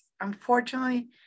unfortunately